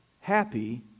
happy